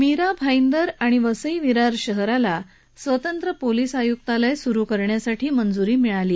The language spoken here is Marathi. मीरा भाईदर वसई विरार शहराला स्वतंत्र पोलीस आयुक्तालय सुरू करण्यासाठी मंजुरी मिळाली आहे